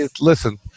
Listen